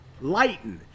lighten